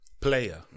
Player